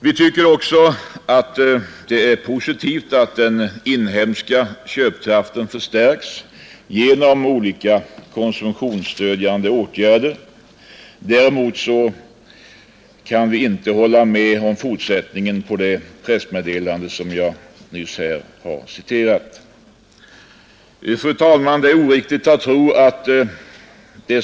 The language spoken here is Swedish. Vi tycker också att det är positivt att den inhemska köpkraften förstärks genom olika konsumtionsstödjande åtgärder. Däremot kan vi inte hålla med om fortsättningen på det pressmeddelande som jag nyss har berört.